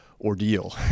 ordeal